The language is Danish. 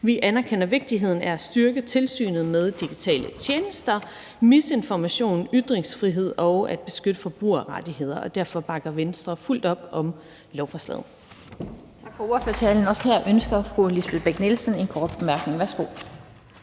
Vi anerkender vigtigheden af at styrke tilsynet med digitale tjenester i forhold til misinformation og vigtigheden af ytringsfrihed og at beskytte forbrugerrettigheder, og derfor bakker Venstre fuldt ud op om lovforslaget. Kl. 13:38 Den fg. formand (Annette Lind): Tak for ordførertalen. Også her ønsker fru Lisbeth Bech-Nielsen en kort bemærkning. Værsgo.